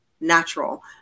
natural